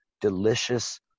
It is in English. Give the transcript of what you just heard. delicious